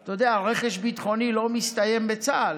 אתה יודע, רכש ביטחוני לא מסתיים בצה"ל,